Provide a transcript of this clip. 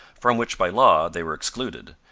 from which by law they were excluded,